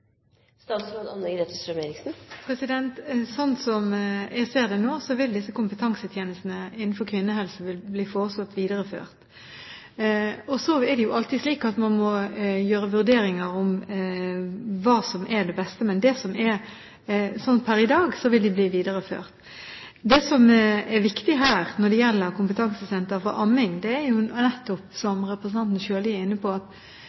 Sånn som jeg ser det nå, vil disse kompetansetjenestene innenfor kvinnehelse bli foreslått videreført. Så er det jo alltid slik at man må gjøre vurderinger av hva som er det beste. Men sånn som det er per i dag, vil de bli videreført. Det som er viktig når det gjelder kompetansesenteret for amming, er nettopp, som representanten Sjøli er inne på,